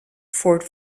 fort